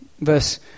verse